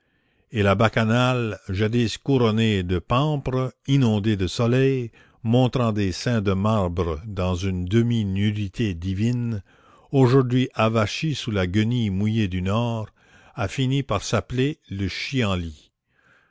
et la bacchanale jadis couronnée de pampres inondée de soleil montrant des seins de marbre dans une demi nudité divine aujourd'hui avachie sous la guenille mouillée du nord a fini par s'appeler la chie en lit